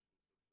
פשוט.